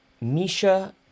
Misha